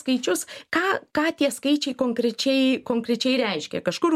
skaičius ką ką tie skaičiai konkrečiai konkrečiai reiškia kažkur